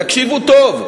תקשיבו טוב,